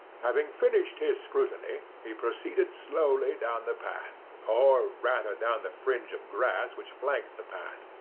having finished his scrutiny, he proceeded slowly down the path, or rather down the fringe of grass which flanked the path,